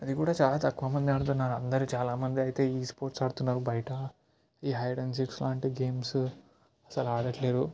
ఇది కూడా చాలా తక్కువ మంది ఆడుతున్నారు అందరూ చాలామందయితే ఈ స్పోర్ట్స్ ఆడుతున్నారు బయట ఈ హైడ్ అండ్ సీక్ లాంటి గేమ్సు అసలు ఆడట్లేదు